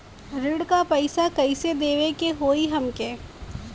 ऋण का पैसा कइसे देवे के होई हमके?